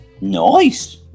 Nice